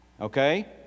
Okay